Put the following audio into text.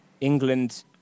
England